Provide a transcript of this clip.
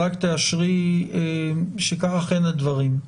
אז רק תאשרי שכך אכן הדברים,